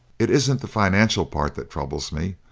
it isn't the financial part that troubles me.